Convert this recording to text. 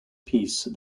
piece